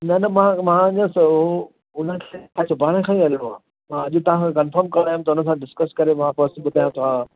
न न मां मां अञा सुभाणे खां ई हलणो आहे अॼु तव्हांखे कंर्फम करायो त मां हुन सां डिस्कस करे मां ॿुधायांव थो हा